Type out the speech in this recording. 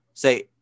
Say